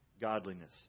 godliness